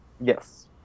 Yes